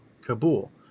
Kabul